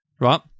right